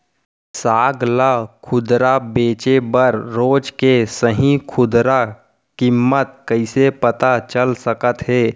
साग ला खुदरा बेचे बर रोज के सही खुदरा किम्मत कइसे पता चल सकत हे?